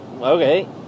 okay